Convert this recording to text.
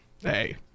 Hey